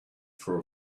for